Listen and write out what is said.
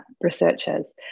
researchers